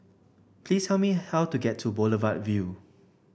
please tell me how to get to Boulevard Vue